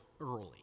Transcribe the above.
early